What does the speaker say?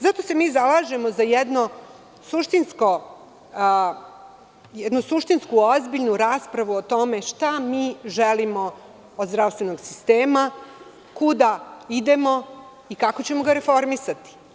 Zato se mi zalažemo za jednu suštinsku ozbiljnu raspravu o tome šta mi želimo od zdravstvenog sistema, kuda idemo i kako ćemo ga reformisati.